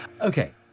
Okay